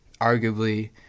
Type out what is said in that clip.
arguably